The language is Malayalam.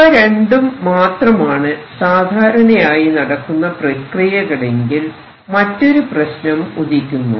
ഇവ രണ്ടും മാത്രമാണ് സാധാരണയായി നടക്കുന്ന പ്രക്രിയകളെങ്കിൽ മറ്റൊരു പ്രശ്നം ഉദിക്കുന്നു